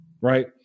right